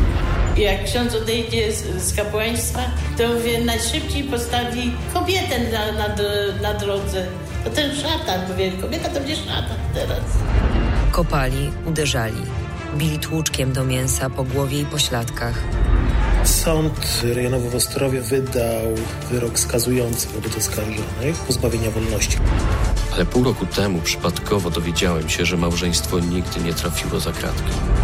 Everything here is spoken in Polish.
Jak ksiądz odejdzie z- z kapłaństwa, to mówię, najszybciej postawi kobietę na- na dro- na drodze. To ten szatan, bo mówię, kobieta to będzie szatan teraz. Kopali, uderzali. Bili tłuczkiem do mięsa po głowie i pośladkach. Sąd rejonowy w Ostrowie wydał wyrok skazujący wobec oskarżonych pozbawienia wolności. Ale pół roku temu przypadkowo dowiedziałem się, że małżeństwo nigdy nie trafiło za kratki.